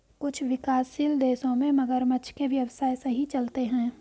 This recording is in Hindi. कुछ विकासशील देशों में मगरमच्छ के व्यवसाय सही चलते हैं